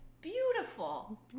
Beautiful